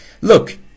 look